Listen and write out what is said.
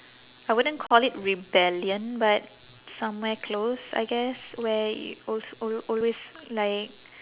I wouldn't call it rebellion but somewhere close I guess where y~ al~ al~ always like